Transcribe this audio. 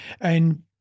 and-